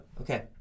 okay